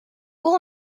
will